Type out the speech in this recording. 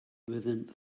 within